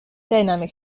dynamic